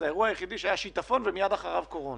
זה האירוע היחיד שהיה שיטפון ומייד אחריו קורונה.